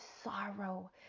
sorrow